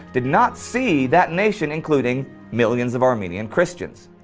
did not see that nation including millions of armenian christians.